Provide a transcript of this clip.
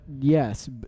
yes